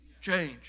change